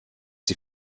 sie